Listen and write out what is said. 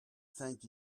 thank